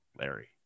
Larry